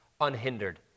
unhindered